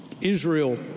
Israel